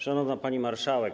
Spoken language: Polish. Szanowna Pani Marszałek!